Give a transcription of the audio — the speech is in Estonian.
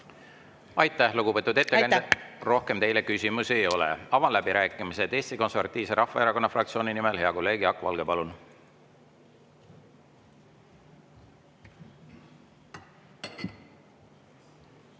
Aitäh, lugupeetud ettekandja! Rohkem teile küsimusi ei ole. Avan läbirääkimised. Eesti Konservatiivse Rahvaerakonna fraktsiooni nimel hea kolleeg Jaak Valge, palun!